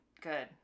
good